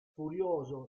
furioso